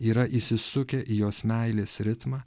yra įsisukę į jos meilės ritmą